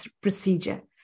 procedure